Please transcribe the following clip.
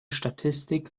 statistik